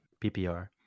PPR